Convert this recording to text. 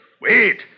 Wait